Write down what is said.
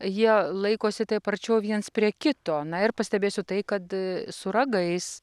jie laikosi taip arčiau viens prie kito na ir pastebėsiu tai kad su ragais